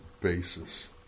basis